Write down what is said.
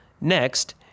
Next